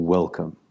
Welcome